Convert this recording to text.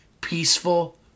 Peaceful